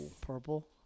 Purple